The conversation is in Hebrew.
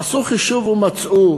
עשו חישוב ומצאו